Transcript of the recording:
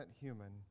human